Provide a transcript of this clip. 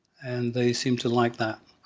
and they seemed to like that.